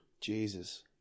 Jesus